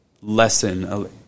lesson